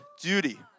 duty